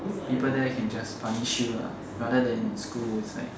people there can just punish you lah rather than in school it's like